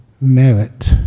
merit